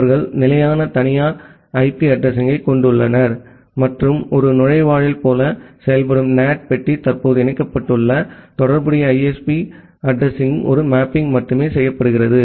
அவர்கள் நிலையான தனியார் ஐபி அட்ரஸிங் யைக் கொண்டுள்ளனர் மற்றும் ஒரு நுழைவாயில் போல செயல்படும் NAT பெட்டி தற்போது இணைக்கப்பட்டுள்ள தொடர்புடைய ISP அட்ரஸிங்க்கு ஒரு மேப்பிங் மட்டுமே செய்யப்படுகிறது